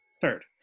third